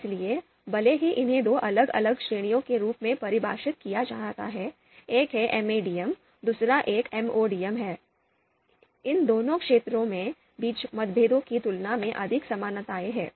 इसलिए भले ही इन्हें दो अलग अलग श्रेणियों के रूप में परिभाषित किया जाता है एक है MADM दूसरा एक MODM है इन दोनों श्रेणियों के बीच मतभेदों की तुलना में अधिक समानताएं हैं